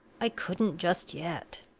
i couldn't just yet,